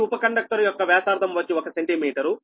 ప్రతి ఉప కండక్టర్ యొక్క వ్యాసార్థం వచ్చి ఒక సెంటీమీటరు